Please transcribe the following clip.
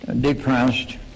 depressed